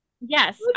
Yes